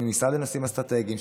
מהמשרד לנושאים אסטרטגיים,